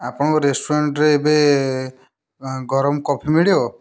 ଆପଣଙ୍କ ରେଷ୍ଟରୁ୍ରାଣ୍ଟରେ ଏବେ ଗରମ କଫି ମିଳିବ